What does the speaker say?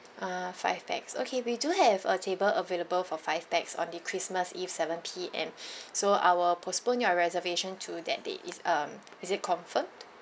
ah five pax okay we do have a table available for five pax on the christmas eve seven P_M so I will postpone your reservation to that day is um is it confirmed